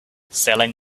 selling